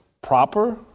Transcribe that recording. proper